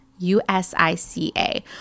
USICA